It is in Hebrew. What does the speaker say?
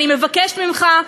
אני מבקשת ממך,